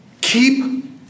keep